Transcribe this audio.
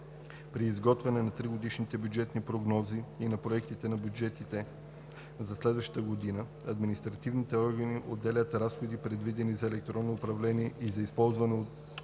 При изготвяне на 3-годишните бюджетни прогнози и на проектите на бюджетите за следващата година административните органи отделят разходите, предвидени за електронно управление и за използваните от